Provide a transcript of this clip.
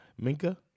Minka